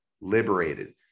liberated